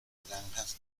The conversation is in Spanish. granjas